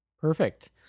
Perfect